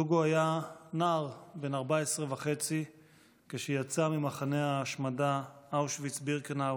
דוגו היה נער בן 14 וחצי כשיצא ממחנה ההשמדה אושוויץ-בירקנאו